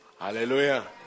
Hallelujah